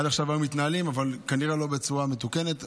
עד עכשיו היו מתנהלים אבל כנראה לא בצורה מתוקנת,